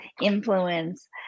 influence